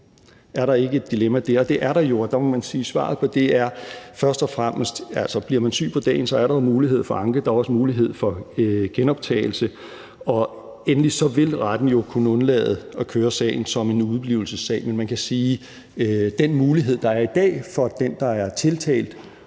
Er der ikke et dilemma der? Det er der jo, og der må man sige, at svaret på det først og fremmest er, at bliver man syg på dagen, er der mulighed for at anke. Der er også mulighed for genoptagelse, og endelig vil retten jo kunne undlade at køre sagen som en udeblivelsessag. Men man kan sige, at den mulighed, der er i dag, for den, der er tiltalt,